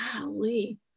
golly